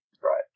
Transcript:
Right